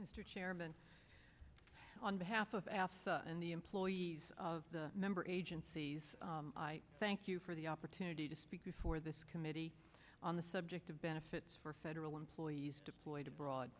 mr chairman on behalf of afa and the employees of the member agencies i thank you for the opportunity to speak before this committee on the subject of benefits for federal employees deployed abroad